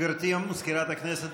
גברתי מזכירת הכנסת,